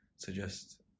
suggest